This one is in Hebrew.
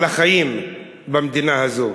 על החיים במדינה הזאת.